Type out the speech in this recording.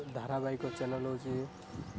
ଧାରାବାହିକ ଚ୍ୟାନେଲ୍ ହେଉଛି